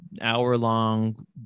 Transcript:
hour-long